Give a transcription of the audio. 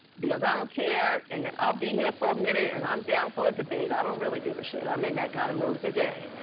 because i don't care and i'll be here for a minute and i'm down for a debate, i don't really give a shit. i'm in that kind of mood today,